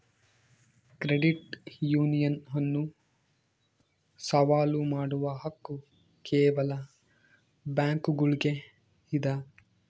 credit union ಅನ್ನು ಸವಾಲು ಮಾಡುವ ಹಕ್ಕು ಕೇವಲ ಬ್ಯಾಂಕುಗುಳ್ಗೆ ಇದ